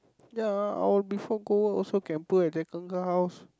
ya I will prefer go work also can put at jack uncle house